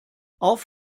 auf